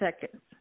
seconds